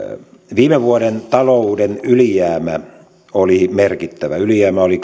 viime vuoden talouden ylijäämä oli merkittävä ylijäämä oli